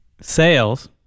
Sales